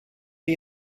chi